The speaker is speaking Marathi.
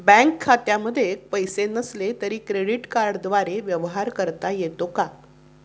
बँक खात्यामध्ये पैसे नसले तरी क्रेडिट कार्डद्वारे व्यवहार करता येतो का?